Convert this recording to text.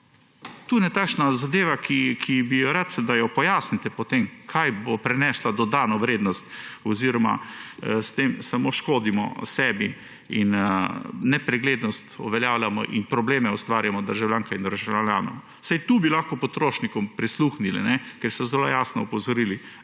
To je ena takšna zadeva, ki bi jo rad, do jo pojasnite, kaj bo prinesla dodano vrednost oziroma s tem samo škodimo sebi in nepreglednost uveljavljamo in probleme ustvarjamo državljankam in državljanom. Vsaj tukaj bi lahko potrošnikom prisluhnili, ker so zelo jasno opozorili